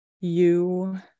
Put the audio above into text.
you-